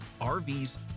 RVs